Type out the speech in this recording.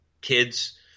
kids